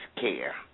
care